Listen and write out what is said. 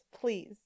please